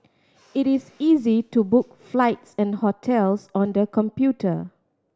it is easy to book flights and hotels on the computer